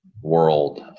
world